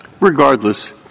regardless